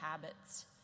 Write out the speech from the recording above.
habits